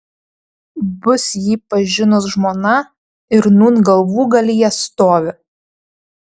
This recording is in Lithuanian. bus jį pažinus žmona ir nūn galvūgalyje stovi